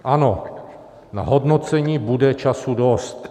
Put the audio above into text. Ano, na hodnocení bude času dost.